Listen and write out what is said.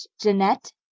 Jeanette